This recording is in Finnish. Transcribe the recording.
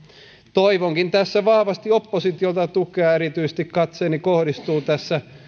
toivonkin tässä vahvasti oppositiolta tukea ja erityisesti katseeni kohdistuu tässä